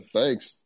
thanks